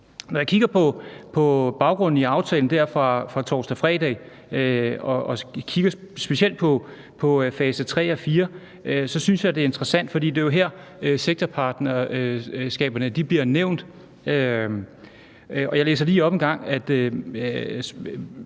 Når jeg kigger på baggrunden for aftalen fra torsdag-fredag og kigger specielt på fase tre og fire, synes jeg, det er interessant, for det er jo her, sektorpartnerskaberne bliver nævnt. Jeg læser lige op om det,